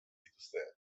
dituzte